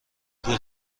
گول